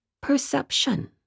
perception